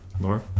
Laura